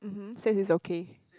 mmhmm says is okay